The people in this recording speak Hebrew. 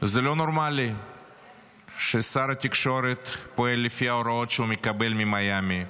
זה לא נורמלי ששר התקשורת פועל לפי הוראות שהוא מקבל ממיאמי,